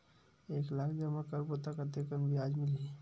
एक लाख जमा करबो त कतेकन ब्याज मिलही?